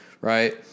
Right